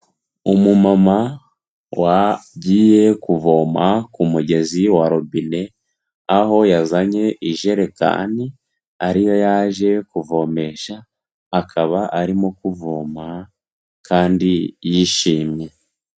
Umumama wagiye kuvoma ku mugezi wa robine aho yazanye ijerekani ariyo yaje kuvomesha akaba arimo kuvoma kandi yishimye.